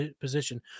position